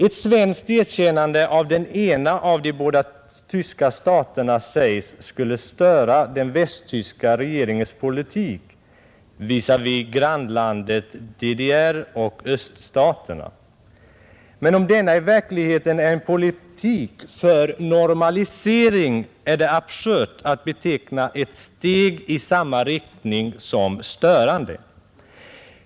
Ett svenskt erkännande av den ena av de båda tyska staterna, sägs det, skulle störa den västtyska regeringens politik visavi grannlandet DDR och öststaterna. Men om denna i verkligheten är en politik för normalisering är det absurt att beteckna ett svenskt steg i samma riktning som störande.